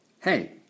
Hey